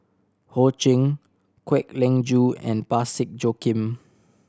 Ho Ching Kwek Leng Joo and Parsick Joaquim